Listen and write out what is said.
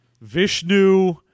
Vishnu